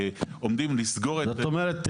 עומדים לסגור --- זאת אומרת,